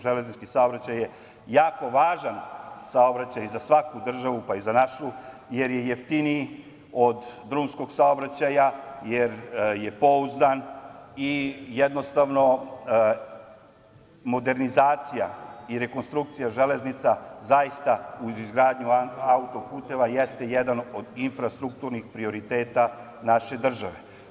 Železnički saobraćaj je jako važan saobraćaj za svaku državu, pa i za našu, jer je jeftiniji od drumskog saobraćaja, jer je pouzdan i jednostavno modernizacija i rekonstrukcija železnica zaista, uz izgradnju auto-puteva, jeste jedan od infrastrukturnih prioriteta naše države.